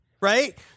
right